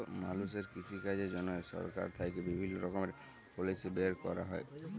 মালুষের কৃষিকাজের জন্হে সরকার থেক্যে বিভিল্য রকমের পলিসি বের ক্যরা হ্যয়